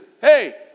Hey